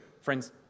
Friends